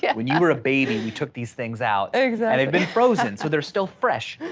yeah when you were a baby, we took these things out and they've been frozen. so they're still fresh.